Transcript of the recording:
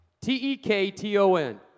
T-E-K-T-O-N